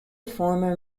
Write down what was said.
former